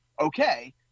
okay